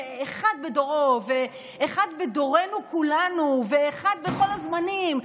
אחד בדורו ואחד בדורנו כולנו ואחד בכל הזמנים,